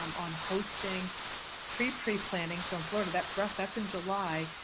um on hosting pre-pre-planning. so in florida, that for us, that's in july,